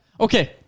Okay